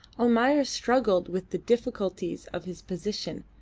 almayer struggled with the difficulties of his position,